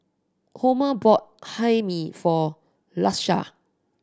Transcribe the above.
Homer bought Hae Mee for Lakesha